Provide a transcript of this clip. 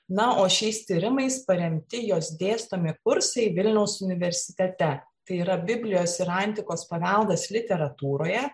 na o šiais tyrimais paremti jos dėstomi kursai vilniaus universitete tai yra biblijos ir antikos paveldas literatūroje